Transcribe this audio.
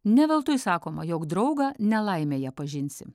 ne veltui sakoma jog draugą nelaimėje pažinsi